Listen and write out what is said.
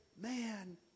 man